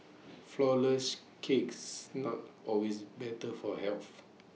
Flourless Cakes not always better for health